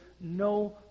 no